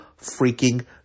freaking